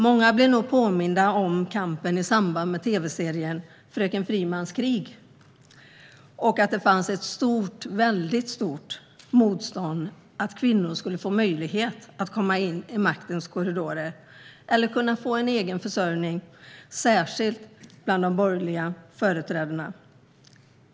Många blev nog påminda om kampen i samband med tv-serien Frökens Frimans krig och om att det fanns ett stort motstånd mot att kvinnor skulle få möjlighet att komma in i maktens korridorer eller kunna få en egen försörjning, särskilt bland borgerliga företrädare.